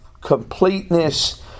completeness